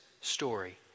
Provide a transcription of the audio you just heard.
story